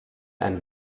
ein